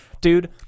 dude